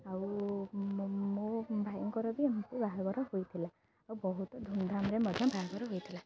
ଆଉ ମୋ ଭାଇଙ୍କର ବି ଏମିତି ବାହାଘର ହୋଇଥିଲା ଆଉ ବହୁତ ଧୁମ୍ଧାମ୍ରେ ମଧ୍ୟ ବାହାଘର ହୋଇଥିଲା